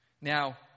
Now